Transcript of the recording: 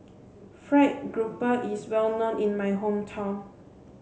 fried grouper is well known in my hometown